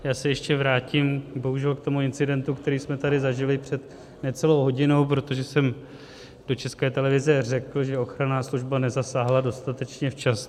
Já se ještě vrátím bohužel k tomu incidentu, který jsme tady zažili před necelou hodinou, protože jsem do České televize řekl, že ochranná služba nezasáhla dostatečně včas.